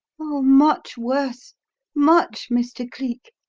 oh, much worse much, mr. cleek!